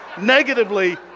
negatively